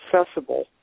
accessible